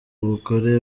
bagore